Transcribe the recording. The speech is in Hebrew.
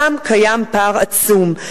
שם קיים פער עצום.